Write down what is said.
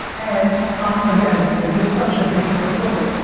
and i'm again, making assumptions based on what you told me.